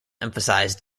emphasize